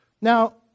Now